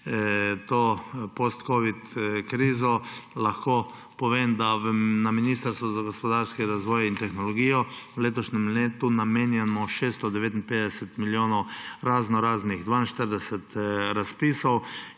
to postcovid krizo lahko povem, da na Ministrstvu za gospodarski razvoj in tehnologijo v letošnjem letu namenjamo za 659 milijonov 42 raznoraznih razpisov